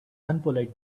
unpolite